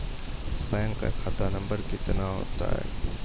Bank का खाता number कितने होते हैं?